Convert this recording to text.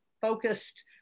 focused